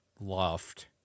loft